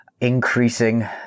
increasing